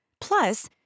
Plus